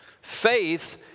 Faith